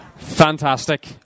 Fantastic